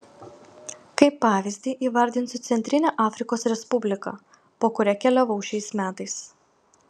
kaip pavyzdį įvardinsiu centrinę afrikos respubliką po kurią keliavau šiais metais